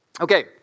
Okay